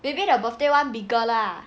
maybe the birthday one bigger lah